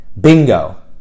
Bingo